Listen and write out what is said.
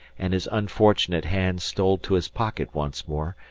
and his unfortunate hand stole to his pocket once more,